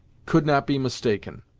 could not be mistaken.